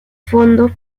fondo